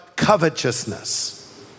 covetousness